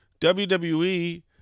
WWE